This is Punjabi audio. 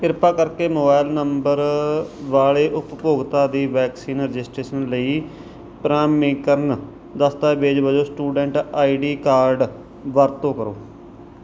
ਕਿਰਪਾ ਕਰਕੇ ਮੋਬਾਈਲ ਨੰਬਰ ਵਾਲੇ ਉਪਭੋਗਤਾ ਦੀ ਵੈਕਸੀਨ ਰਜਿਸਟ੍ਰੇਸ਼ਨ ਲਈ ਪ੍ਰਮਾਣੀਕਰਨ ਦਸਤਾਵੇਜ਼ ਵਜੋਂ ਸਟੂਡੈਂਟ ਆਈ ਡੀ ਕਾਰਡ ਵਰਤੋਂ ਕਰੋ